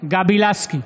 גבי לסקי,